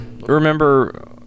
remember